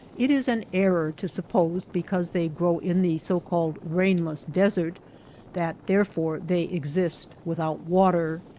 it is an error to suppose because they grow in the so-called rainless desert that therefore they exist without water.